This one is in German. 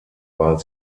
war